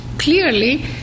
clearly